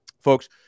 Folks